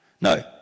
No